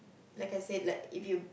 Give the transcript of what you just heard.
like I said like if you